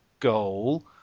Goal